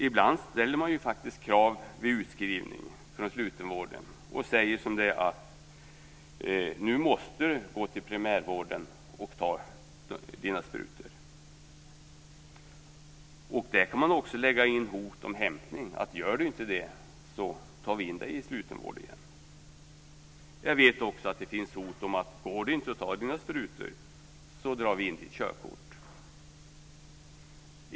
Ibland ställer man faktiskt krav vid utskrivning från slutenvården, och säger som det är: Du måste gå till primärvården och ta dina sprutor. Där kan man också lägga in hot om hämtning: Gör du inte det så tar vi in dig i sluten vård igen! Jag vet också att det finns sådana här hot: Går du inte och tar dina sprutor så drar vi in ditt körkort!